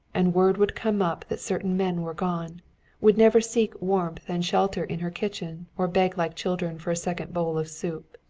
and word would come up that certain men were gone would never seek warmth and shelter in her kitchen or beg like children for a second bowl of soup.